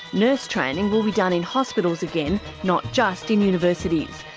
nurse training will be done in hospitals again, not just in universities.